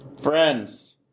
Friends